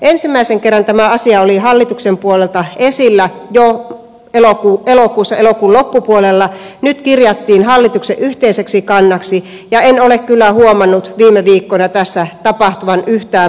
ensimmäisen kerran tämä asia oli hallituksen puolelta esillä jo elokuussa elokuun loppupuolella nyt kirjattiin hallituksen yhteiseksi kannaksi ja en ole kyllä huomannut viime viikkoina tässä tapahtuneen yhtään mitään